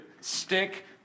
stick